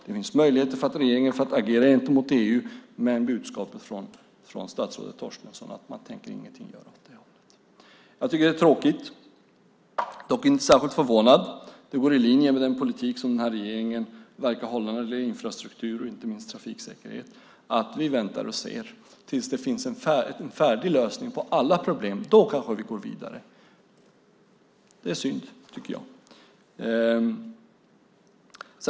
Det finns möjligheter för regeringen att agera gentemot EU. Men budskapet från statsrådet Torstensson är att man inte tänker göra någonting åt det hållet. Jag tycker att det är tråkigt. Jag är dock inte särskilt förvånad. Det går i linje med den politik som den här regeringen verkar föra när det gäller infrastruktur och inte minst trafiksäkerhet: Vi väntar och ser tills det finns en färdig lösning på alla problem - då kanske vi går vidare. Det är synd, tycker jag.